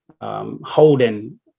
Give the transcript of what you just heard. holding